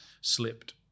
Slipped